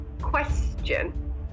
Question